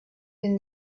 been